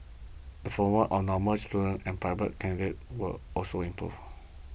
the formal of Normal students and private candidates also improved